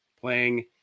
playing